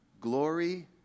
Glory